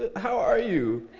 how are you?